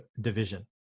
division